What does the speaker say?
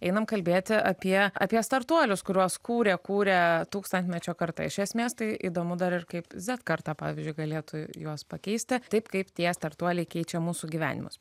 einam kalbėti apie apie startuolius kuriuos kūrė kūrė tūkstantmečio karta iš esmės tai įdomu dar ir kaip zet karta pavyzdžiui galėtų juos pakeisti taip kaip tie startuoliai keičia mūsų gyvenimus